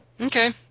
okay